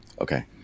Okay